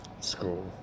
school